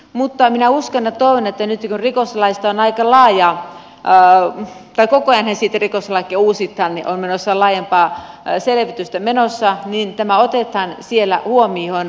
mutta minä uskon että olen etenikin rikoslaisten aika laajaa täällä ja toivon että nyt kun rikoslaista on menossa laajempaa selvitystä tai koko ajanhan sitä rikoslakia uusitaan niin tämä otetaan siellä huomioon